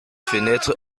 fenêtre